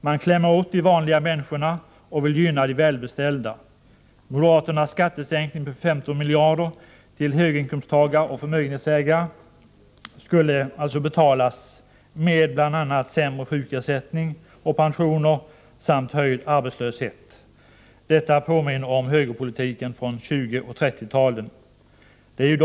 Man klämmer åt de vanliga människorna och vill gynna de välbeställda. Moderaternas skattesänkning på 15 miljarder till höginkomsttagare och förmögenhetsägare skulle betalas med bl.a. sämre sjukersättning och pensioner samt höjd arbetslöshet. Detta påminner om högerpolitiken från 1920 och 1930-talen.